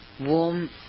warm